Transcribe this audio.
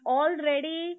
already